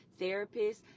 therapists